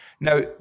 Now